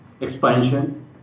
expansion